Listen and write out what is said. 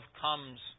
comes